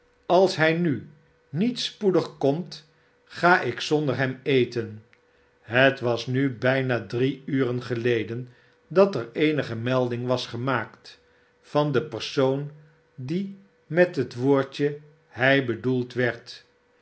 als hij nu niet spoedig komt ga ik zonder hem eten het was nu bijna drie uren geleden dat er eenige melding was gemaakt van den persoon die met het woordje hij bedoeld werd